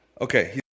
Okay